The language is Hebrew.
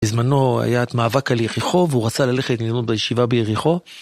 בזמנו היה את מאבק על יריחו והוא רצה ללכת ללמוד בישיבה ביריחו